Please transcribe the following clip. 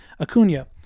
Acuna